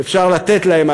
אפשר לתת להם,